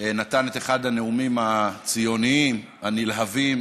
נתן את אחד הנאומים הציוניים הנלהבים,